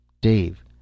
Dave